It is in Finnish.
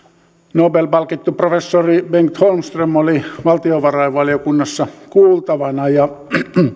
nobel palkittu professori bengt holmström oli valtiovarainvaliokunnassa kuultavana ja hän